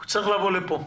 הוא צריך לבוא לכאן.